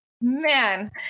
Man